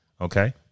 Okay